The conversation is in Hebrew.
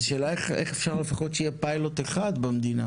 אז השאלה איך אפשר שלפחות יהיה פיילוט אחד במדינה.